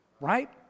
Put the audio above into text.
right